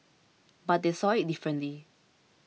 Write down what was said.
but they saw it differently